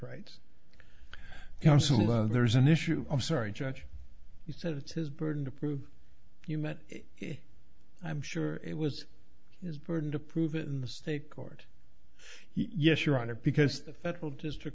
rights counseling there's an issue i'm sorry judge he said it's his burden to prove you meant i'm sure it was his burden to prove it in the state court yes your honor because the federal district